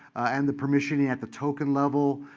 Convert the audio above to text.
and the permissioning at the token level,